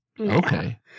Okay